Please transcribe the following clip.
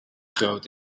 groot